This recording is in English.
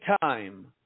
time